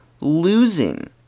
losing